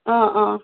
অ অ